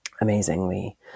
amazingly